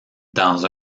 dans